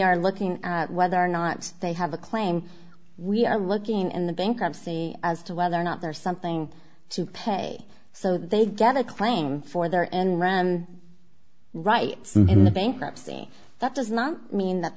are looking whether or not they have a claim we are looking in the bankruptcy as to whether or not there is something to pay so they gather claim for their and right in the bankruptcy that does not mean that